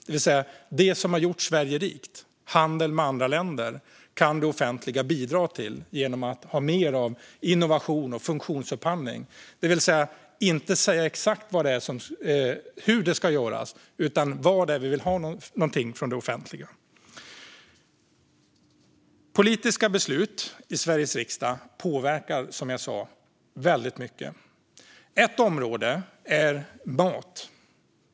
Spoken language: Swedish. Det som har gjort Sverige rikt, det vill säga handel med andra länder, kan det offentliga alltså bidra till genom att ha mer av innovation och funktionsupphandling. Det innebär att inte säga exakt hur något ska göras utan säga vad det är vi från det offentliga vill ha. Politiska beslut i Sveriges riksdag påverkar väldigt mycket, som jag sa. Ett område är mat.